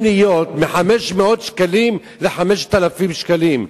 לעלות מ-500 שקלים ל-5,000 שקלים.